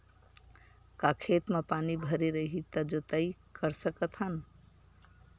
का खेत म पानी भरे रही त जोताई कर सकत हन?